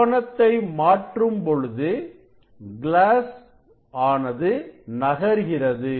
கோணத்தை மாற்றும் பொழுது கிளாஸ் ஆனது நகர்கிறது